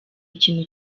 ikintu